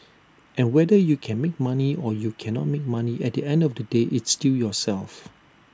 and whether you can make money or you cannot make money at the end of the day it's still yourself